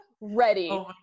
ready